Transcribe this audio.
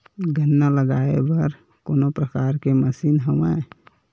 गन्ना लगाये बर का कोनो प्रकार के मशीन हवय?